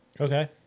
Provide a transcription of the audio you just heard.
Okay